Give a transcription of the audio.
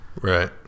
right